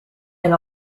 and